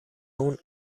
اون